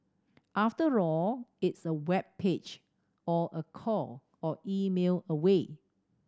after all it's a web page or a call or email away